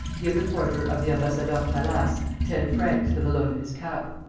give the porter of the ambassadeurs-palace ten francs for the loan of his cap.